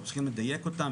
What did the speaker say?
אנחנו צריכים לדייק אותן.